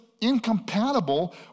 incompatible